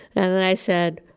and then i said,